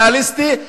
ריאליסטי,